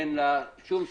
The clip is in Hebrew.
אין לה שום סיכוי.